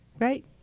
Right